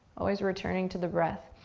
always returning to the breath.